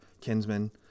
Kinsmen